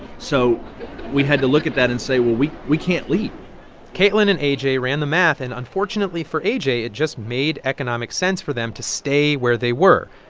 so we had to look at that and say, well, we we can't leave kaitlyn and a j. ran the math. and unfortunately for a j, it just made economic sense for them to stay where they were.